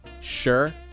Sure